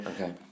Okay